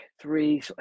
three